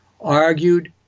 argued